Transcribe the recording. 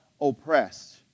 oppressed